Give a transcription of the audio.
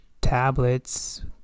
tablets